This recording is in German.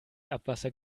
abwasser